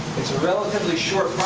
it's a relatively short